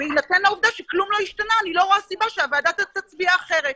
בהינתן העובדה שכלום לא השתנה אני לא רואה סיבה שהוועדה תצביע אחרת.